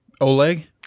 Oleg